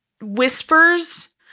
whispers